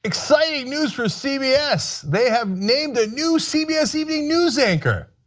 exciting news for cbs, they have named the new cbs evening news anchor.